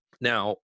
now